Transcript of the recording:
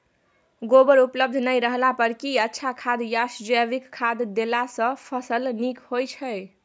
गोबर उपलब्ध नय रहला पर की अच्छा खाद याषजैविक खाद देला सॅ फस ल नीक होय छै?